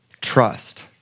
trust